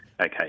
Okay